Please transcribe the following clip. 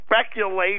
speculation